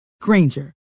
Granger